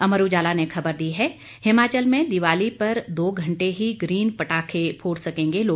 अमर उजाला ने खबर दी है हिमाचल में दिवाली पर दो घंटे ही ग्रीन पटाखे फोड़ सकेंगे लोग